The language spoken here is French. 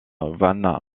van